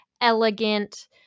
elegant